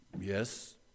yes